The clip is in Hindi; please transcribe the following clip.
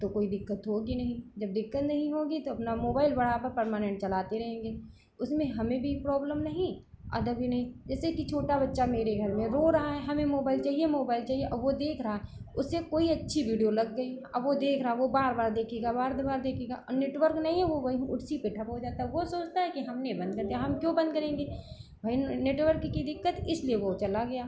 तो कोई दिक्कत तो होगी नहीं जब दिक्कत नहीं होगी तो अपना मोबाइल बराबर परमानेन्ट चलाते रहेंगे उसमें हमें भी प्रॉब्लम नहीं अदर भी नहीं जैसे कि छोटा बच्चा मेरे घर में रो रहा है हमें मोबाइल चाहिए मोबाइल चाहिए और वो देख रहा है उसे कोई अच्छी वीडियो लग गई अब वो देख रहा वो बार बार देखेगा बार बार देखेगा और नेटवर्क नहीं है वो वहीं उसी पे ठप हो जाता है वो सोचता है कि हमने बंद कर दिया हम क्यों बंद करेंगे भई नेटवर्क की दिक्कत है इसलिए वो चला गया